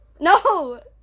No